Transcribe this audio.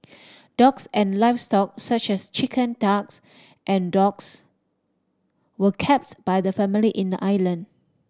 dogs and livestock such as chicken ducks and dogs were kept by the family in the island